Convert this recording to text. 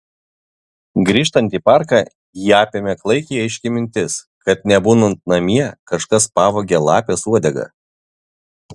grįžtant į parką jį apėmė klaikiai aiški mintis kad nebūnant namie kažkas pavogė lapės uodegą